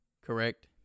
Correct